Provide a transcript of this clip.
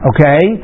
Okay